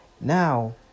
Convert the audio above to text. now